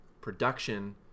production